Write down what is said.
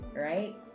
right